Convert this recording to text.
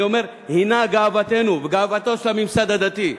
אני אומר: הוא גאוותנו וגאוותו של הממסד הדתי.